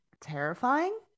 terrifying